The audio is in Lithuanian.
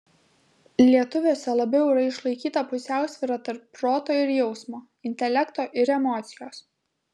lietuviuose labiau yra išlaikyta pusiausvyra tarp proto ir jausmo intelekto ir emocijos